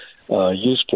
useful